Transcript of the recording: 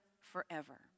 forever